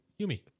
Yumi